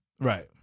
right